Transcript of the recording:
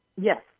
Yes